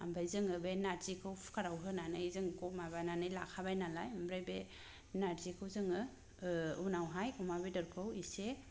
आमफ्राय जोंङो बे नारजिखौ कुकाराव होनानै जों माबानानै लाखाबाय नालाय आमफ्राय बे नारजिखौ जोङो उनावहाय अमा बेदरखौ एसे